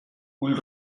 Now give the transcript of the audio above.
ull